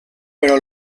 però